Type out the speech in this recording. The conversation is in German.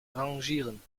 arrangieren